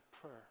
prayer